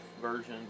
version